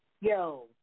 Yo